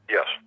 Yes